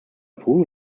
pool